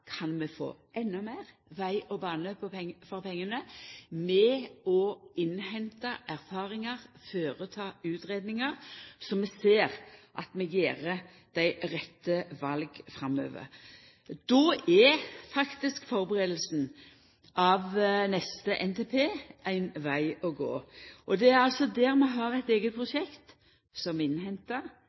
Kan vi få endå meir veg og bane for pengane ved å innhenta erfaringar og føreta utgreiingar så vi ser at vi gjer dei rette vala framover? Då er faktisk førebuinga av neste NTP ein veg å gå. Det er altså der vi har eit eige prosjekt som innhentar